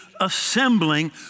assembling